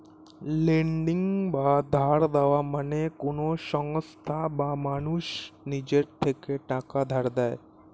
lending বা ধার দেওয়া মানে কোন সংস্থা বা মানুষ নিজের থেকে টাকা ধার দেয়